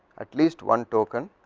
at least one tokenin